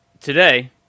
today